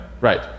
right